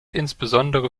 insbesondere